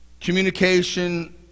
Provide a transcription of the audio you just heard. Communication